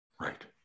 Right